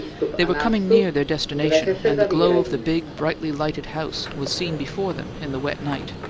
they were coming near their destination, and the glow of the big, brightly lighted house was seen before them in the wet night.